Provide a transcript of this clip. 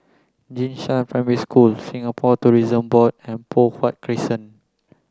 Jing Shan Primary School Singapore Tourism Board and Poh Huat Crescent